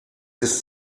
ist